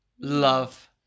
love